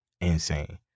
insane